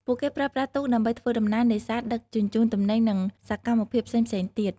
ពួកគេប្រើប្រាស់ទូកដើម្បីធ្វើដំណើរ នេសាទ ដឹកជញ្ជូនទំនិញ និងសកម្មភាពផ្សេងៗទៀត។